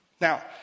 Now